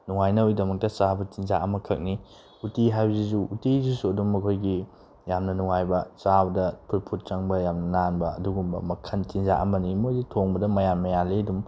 ꯅꯨꯡꯉꯥꯏꯅꯕꯒꯤꯗꯃꯛꯇ ꯆꯥꯕ ꯆꯤꯟꯖꯥꯛ ꯑꯃꯈꯛꯅꯤ ꯎꯠꯇꯤ ꯍꯥꯏꯕꯁꯤꯁꯨ ꯎꯠꯇꯤꯁꯤꯁꯨ ꯑꯗꯨꯝ ꯑꯩꯈꯣꯏꯒꯤ ꯌꯥꯝꯅ ꯅꯨꯡꯉꯥꯏꯕ ꯆꯥꯕꯗ ꯐꯨꯠ ꯐꯨꯠ ꯆꯪꯕ ꯌꯥꯝꯅ ꯅꯥꯟꯕ ꯑꯗꯨꯒꯨꯝꯕ ꯃꯈꯜꯒꯤ ꯆꯤꯟꯖꯥꯛ ꯑꯃꯅꯤ ꯃꯣꯏꯁꯤ ꯊꯣꯡꯕꯗ ꯃꯌꯥꯜ ꯃꯌꯥꯜꯂꯤ ꯑꯗꯨꯝ